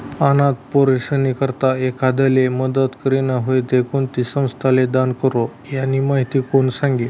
अनाथ पोरीस्नी करता एखांदाले मदत करनी व्हयी ते कोणती संस्थाले दान करो, यानी माहिती कोण सांगी